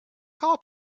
call